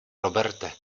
robertek